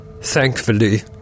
Thankfully